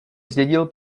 zdědil